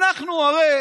אנחנו הרי